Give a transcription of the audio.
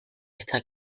está